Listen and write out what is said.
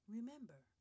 Remember